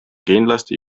kindlasti